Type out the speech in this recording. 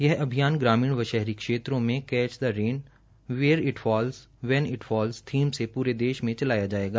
यह अभियान ग्रामीण व शहरी क्षेत्रों में catch the rain where it falls when it falls theme से पूरे देश में चलाया जायेगा